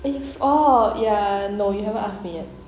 if orh ya no you haven't ask me yet